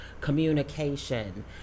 communication